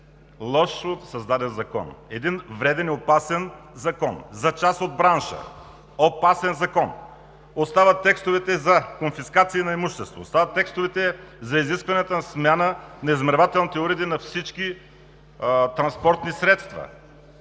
лошо създаден закон, един вреден и опасен закон, за част от бранша – опасен закон! Остават текстовете за конфискации на имущество, остават текстовете за изискваната смяна на измервателните уреди на всички транспортни средства,